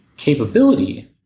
capability